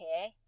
okay